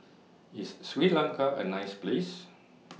IS Sri Lanka A nice Place